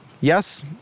yes